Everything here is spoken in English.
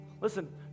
Listen